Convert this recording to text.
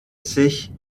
sich